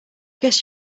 guess